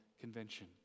Convention